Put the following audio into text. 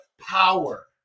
power